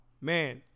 man